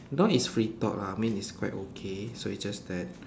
now it's free talk lah I mean it's quite okay so it's just that